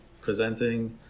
presenting